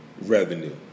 revenue